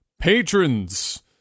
patrons